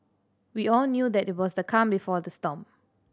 we all knew that it was the calm before the storm